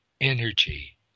energy